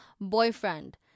boyfriend